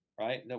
right